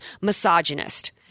misogynist